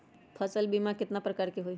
फसल बीमा कतना प्रकार के हई?